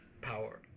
power